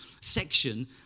section